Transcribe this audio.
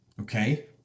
Okay